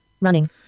running